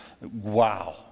Wow